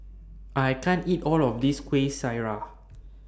I can't eat All of This Kuih Syara